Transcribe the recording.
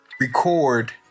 record